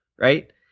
Right